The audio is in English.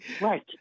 right